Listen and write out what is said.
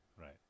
right